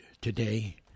today